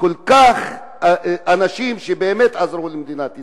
כל כך אנשים שבאמת עזרו למדינת ישראל,